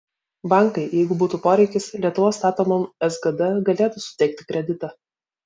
bankai jeigu būtų poreikis lietuvos statomam sgd galėtų suteikti kreditą